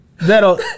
that'll